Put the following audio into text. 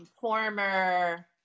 former